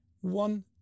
One